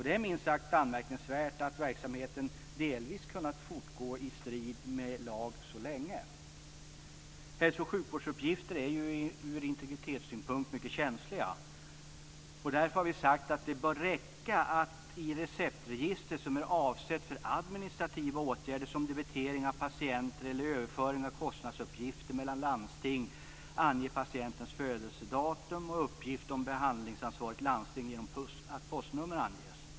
Det är minst sagt anmärkningsvärt att verksamheten delvis har kunnat försiggå i strid med lag så länge. Hälso och sjukvårdsuppgifter är ur integritetssynpunkt mycket känsliga. Vi har därför sagt att det bör räcka att i receptregistret, som är avsett för administrativa åtgärder som debitering av patienter eller överföring av kostnadsuppgifter mellan landsting, ange patientens födelsedatum, och att uppgift om behandlingsansvarigt landsting lämnas genom angivande av postnummer.